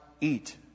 eat